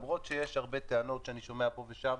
למרות שיש הרבה טענות שאני שומע פה ושם,